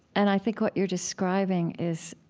and i think what you're describing is,